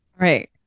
Right